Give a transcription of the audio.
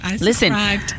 listen